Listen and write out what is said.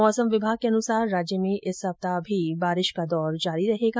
मौसम विभाग के अनुसार राज्य में इस सप्ताह भी बारिश का दौर जारी रहेगा